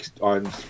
on